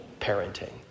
parenting